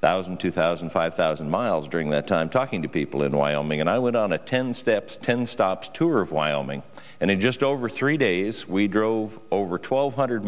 thousand two thousand five thousand miles during that time talking to people in wyoming and i went on a ten steps ten stop tour of wyoming and in just over three days we drove over twelve hundred